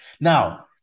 Now